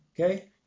okay